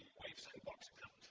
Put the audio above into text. wave sandbox